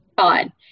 fine